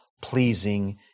pleasing